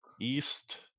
East